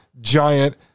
giant